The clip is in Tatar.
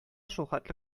шулхәтле